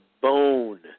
bone